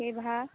की भाव